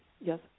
Yes